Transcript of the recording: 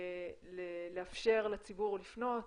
לאפשר לציבור לפנות